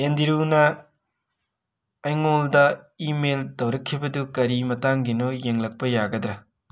ꯑꯦꯟꯗꯤꯔꯨꯅ ꯑꯩꯉꯣꯟꯗ ꯏꯃꯦꯜ ꯇꯧꯔꯛꯈꯤꯕꯗꯨ ꯀꯔꯤ ꯃꯇꯥꯡꯒꯤꯅꯣ ꯌꯦꯡꯂꯛꯄ ꯌꯥꯒꯗꯔ